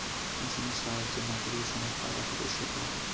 মেশিনের সাহায্যে মাটি থেকে সমস্ত আগাছা পরিষ্কার করা হয়